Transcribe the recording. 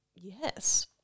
yes